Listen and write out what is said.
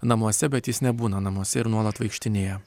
namuose bet jis nebūna namuose ir nuolat vaikštinėja